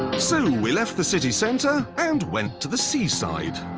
so, we left the city centre and went to the seaside.